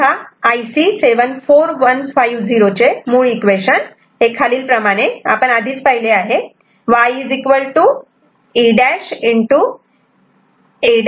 तेव्हा हे IC 74150 चे मूळ इक्वेशन खालील प्रमाणे आहे हे आपण आधी पाहिले आहे